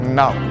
now